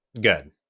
good